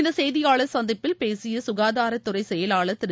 இந்த செய்தியாளர் சந்திப்பில் பேசிய சுகாதாரத்துறைச் செயலாளர் திரு